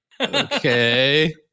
okay